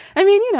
i mean, you know,